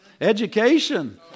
education